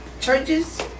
churches